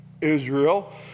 Israel